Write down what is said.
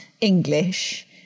English